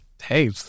Hey